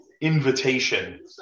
invitation